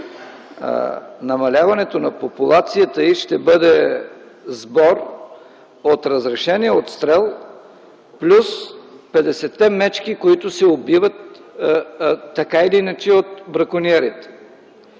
намаляването на популацията й ще бъде сбор от разрешения отстрел плюс 50-те мечки, които се убиват така или иначе от бракониерите.